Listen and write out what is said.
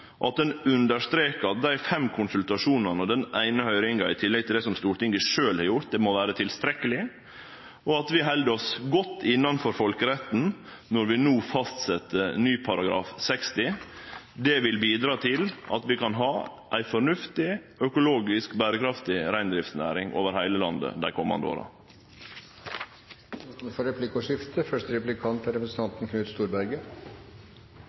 at ein understrekar at dei fem konsultasjonane og den eine høyringa, i tillegg til det som Stortinget sjølv har gjort, må vere tilstrekkeleg, og at vi held oss godt innanfor folkeretten når vi no fastsett ny § 60. Det vil bidra til at vi kan ha ei fornuftig, økologisk berekraftig reindriftsnæring over heile landet dei komande åra. Det blir replikkordskifte.